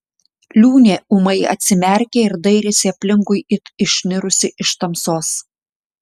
liūnė ūmai atsimerkė ir dairėsi aplinkui it išnirusi iš tamsos